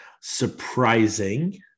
Surprising